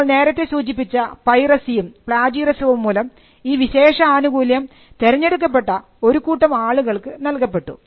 നമ്മൾ നേരത്തെ സൂചിപ്പിച്ച പൈറസിയും പ്ളാജിയറിസവും മൂലം ഈ വിശേഷ ആനുകൂല്യം തെരഞ്ഞെടുക്കപ്പെട്ട ഒരുകൂട്ടം ആളുകൾക്ക് നൽകപ്പെട്ടു